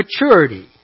maturity